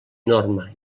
norma